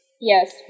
Yes